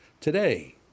today